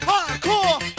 Hardcore